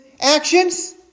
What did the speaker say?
actions